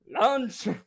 Lunch